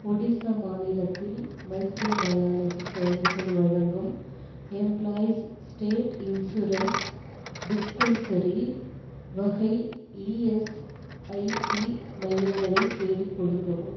ஒடிசா மாநிலத்தில் மைக்ரோபயாலஜி சேவைகள் வழங்கும் எம்ப்ளாயீஸ் ஸ்டேட் இன்சூரன்ஸ் டிஸ்பென்சரி வகை இஎஸ்ஐசி மையங்களை தேடிக் கொடுக்கவும்